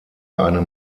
eine